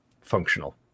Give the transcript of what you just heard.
functional